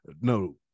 No